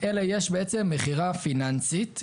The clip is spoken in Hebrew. אלא יש מכירה פיננסית,